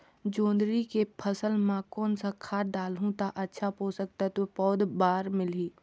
जोंदरी के फसल मां कोन सा खाद डालहु ता अच्छा पोषक तत्व पौध बार मिलही?